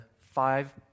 five